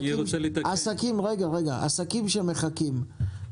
העסקים שמחכים,